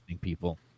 people